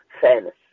fairness